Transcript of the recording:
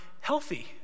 healthy